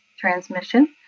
transmission